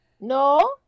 No